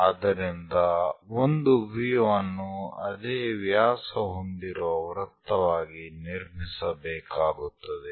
ಆದ್ದರಿಂದ ಒಂದು ವೀವ್ ಅನ್ನು ಅದೇ ವ್ಯಾಸ ಹೊಂದಿರುವ ವೃತ್ತವಾಗಿ ನಿರ್ಮಿಸಬೇಕಾಗುತ್ತದೆ